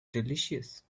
delicious